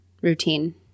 Routine